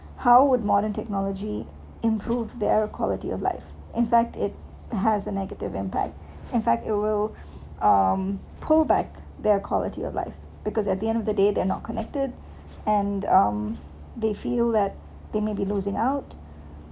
how would modern technology improves the air quality of life in fact it has a negative impact in fact it will um pull back their quality of life because at the end of the day they're not connected and um they feel that they may be losing out